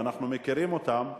ואנחנו מכירים אותם,